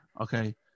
okay